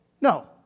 no